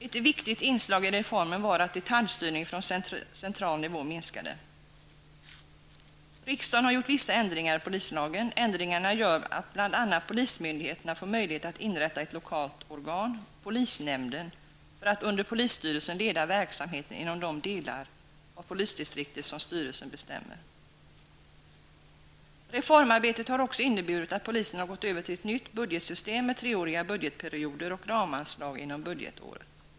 Ett viktigt inslag i reformen var att detaljstyrningen från central nivå minskade. Riksdagen har gjort vissa ändringar i polislagen. Ändringarna gör att bl.a. polismyndigheterna får möjlighet att inrätta att lokalt organ, polisnämnden, för att under polisstyrelsen leda verksamheten inom de delar av polisdistriktet som styrelsen bestämmer. Reformarbetet har också inneburit att polisen har gått över till ett nytt budgetsystem med treåriga budgetperioder och ramanslag inom resp.